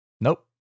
Nope